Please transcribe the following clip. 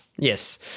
Yes